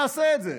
נעשה את זה.